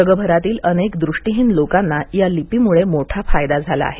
जगभरातील अनेक दृष्टीहीन लोकांना या लिपीमुळे मोठा फायदा झाला आहे